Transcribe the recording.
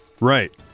Right